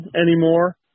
anymore